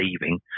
leaving